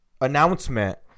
announcement